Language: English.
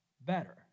better